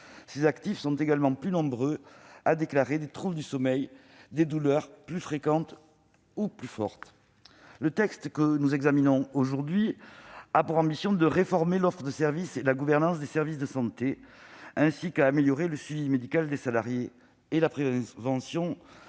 Les actifs sont également plus nombreux à déclarer des troubles du sommeil, des douleurs plus fréquentes ou plus fortes. Le texte que nous examinons aujourd'hui a pour ambition de réformer l'offre de services et la gouvernance des services de santé, ainsi qu'à améliorer le suivi médical des salariés et la prévention